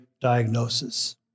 diagnosis